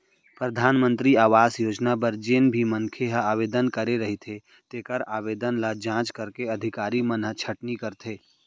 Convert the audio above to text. परधानमंतरी आवास योजना बर जेन भी मनखे ह आवेदन करे रहिथे तेखर आवेदन ल जांच करके अधिकारी मन ह छटनी करथे